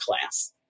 class